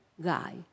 guy